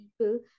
people